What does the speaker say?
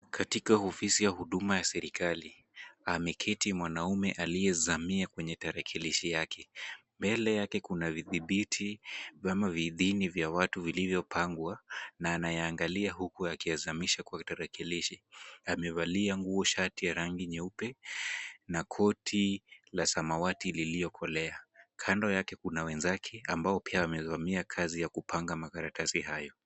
Katika ofisi ya huduma ya serikali, ameketi mwanaume aliyezamia kwenye tarakilishi yake. Mbele yake kuna vidhibiti ama viidhini vya watu vilivyopangwa na anayaangalia huku akiyazamisha kwa tarakilishi. Amevalia nguo shati ya rangi nyeupe na koti la samawati lililokolea. Kando yake kuna wenzake ambao pia wamezamia kazi ya kupanga makaratasi hayo.